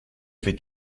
fait